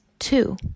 Two